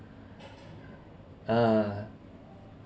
err